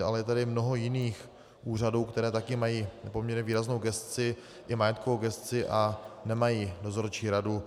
Ale je tady mnoho jiných úřadů, které také mají poměrně výraznou gesci, i majetkovou gesci, a nemají dozorčí radu.